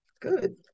Good